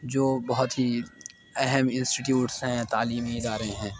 جو بہت ہی اہم انسٹیٹیوٹس ہیں تعلیمی ادارے ہیں